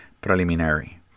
preliminary